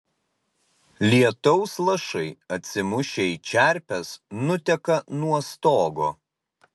lietaus lašai atsimušę į čerpes nuteka nuo stogo